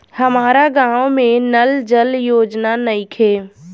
हमारा गाँव मे नल जल योजना नइखे?